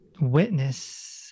witness